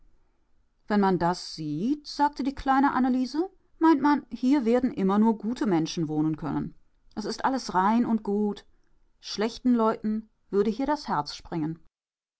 wenn man das sieht sagte die kleine anneliese meint man hier werden immer nur gute menschen wohnen können es ist alles rein und gut schlechten leuten würde hier das herz springen